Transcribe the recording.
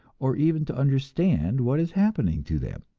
or even to understand what is happening to them.